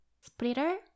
Splitter